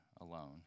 alone